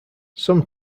some